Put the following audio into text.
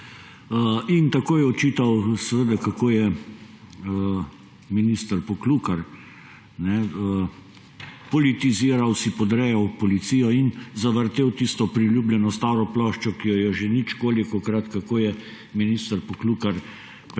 Takoj je očital, kako je minister Poklukar politiziral, si podrejal policijo in zavrtel tisto priljubljeno staro ploščo, ki jo je že ničkolikokrat, kako je minister Poklukar